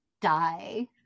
die